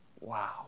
Wow